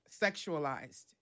sexualized